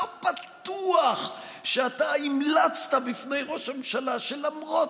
לא בטוח שאתה המלצת בפני ראש הממשלה שלמרות